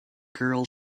girl